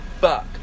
fuck